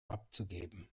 abzugeben